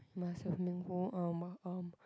must have meaningful